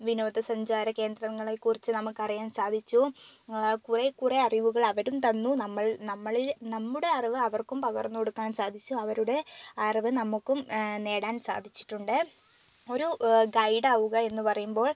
വിനോദസഞ്ചാര കേന്ദ്രങ്ങളെക്കുറിച്ച് നമുക്കറിയാൻ സാധിച്ചു കുറെ കുറെ അറിവുകൾ അവരും തന്നു നമ്മൾ നമ്മളിൽ നമ്മുടെ അറിവ് അവർക്കും പകർന്നു കൊടുക്കാൻ സാധിച്ചു അവരുടെ അറിവ് നമുക്കും നേടാൻ സാധിച്ചിട്ടുണ്ട് ഒരു ഗൈഡാവുക എന്നു പറയുമ്പോൾ